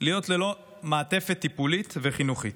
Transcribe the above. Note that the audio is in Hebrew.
להיות ללא מעטפת טיפולית וחינוכית.